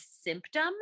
symptom